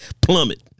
Plummet